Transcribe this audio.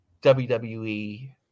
WWE